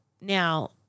now